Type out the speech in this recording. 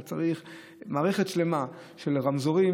אתה צריך לשנות ולתכנת מערכת שלמה של רמזורים.